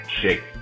Shake